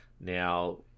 Now